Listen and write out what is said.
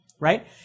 right